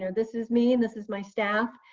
and this is me and this is my staff.